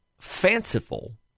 fanciful